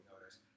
notice